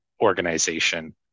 organization